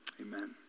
amen